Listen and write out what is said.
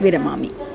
विरमामि